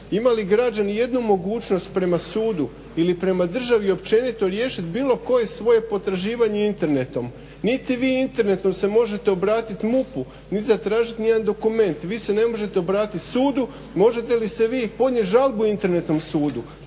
Ima li građanin ijednu mogućnost prema sudu ili prema državi općenito riješiti bilo koje svoje potraživanje internetom. Niti vi internetom se možete obratiti MUP-u ni zatražiti nijedan dokument, vi se ne možete obratiti sudu. Možete li se vi podnijeti žalbu internetom sudu?